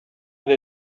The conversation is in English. and